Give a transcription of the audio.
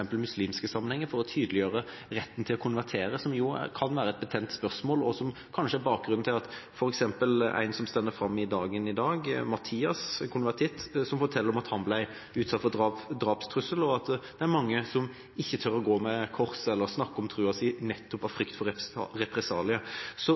å tydeliggjøre retten til å konvertere, som jo kan være et betent spørsmål? Dette er kanskje også bakgrunnen for at f.eks. Mathias, konvertitt, står fram i Dagen i dag og forteller om at han ble utsatt for drapstrussel, og at det er mange som ikke tør gå med kors eller snakke om trua si, nettopp av frykt for